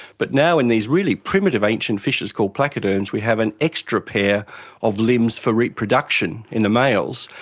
but now in these really primitive ancient fishes called placoderms we have an extra pair of limbs for reproduction in the males,